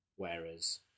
Whereas